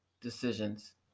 decisions